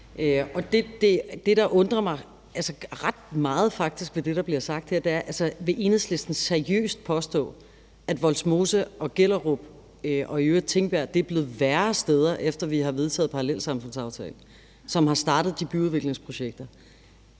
Det, der undrer mig – ret meget, faktisk – ved det, der bliver sagt her, er, at Enhedslisten seriøst vil påstå, at Vollsmose og Gellerup og i øvrigt Tingbjerg er blevet værre steder, efter vi har vedtaget parallelsamfundsaftalen, som har startet de byudviklingsprojekter.